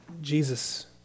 Jesus